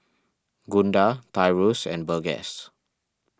Gunda Tyrus and Burgess